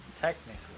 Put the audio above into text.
technically